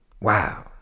Wow